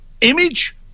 Image